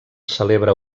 celebra